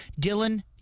Dylan